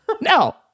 No